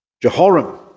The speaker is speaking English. Jehoram